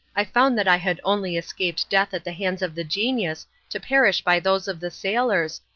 i found that i had only escaped death at the hands of the genius to perish by those of the sailors,